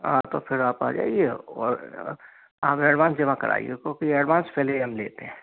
हाँ तो फिर आप आ जाइए और हमें एडवांस जमा कराइए क्योंकि एडवांस पहले ही हम लेते हैं